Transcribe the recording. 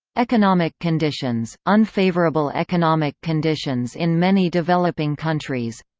economic conditions unfavorable economic conditions in many developing countries